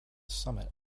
summit